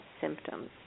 symptoms